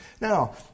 Now